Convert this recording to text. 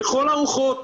לכל הרוחות,